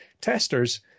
Testers